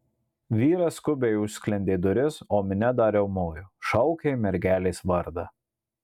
vyras skubiai užsklendė duris o minia dar riaumojo šaukė mergelės vardą